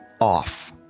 off